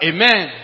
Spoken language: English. Amen